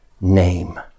name